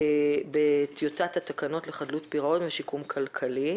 בטיוטת התקנון לחדלות פירעון ושיקום כלכלי.